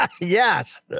yes